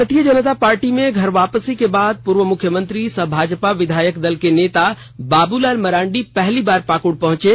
भारतीय जनता पार्टी में घर वापसी के बाद पूर्व मुख्यमंत्री सह भाजपा विधायक दल के नेता बाबूलाल मरांडी पहली बार पाकुड पहुंचे